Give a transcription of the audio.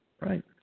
Right